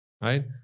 right